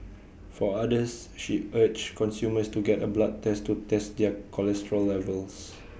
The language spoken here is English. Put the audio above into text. for others she urged consumers to get A blood test to test their cholesterol levels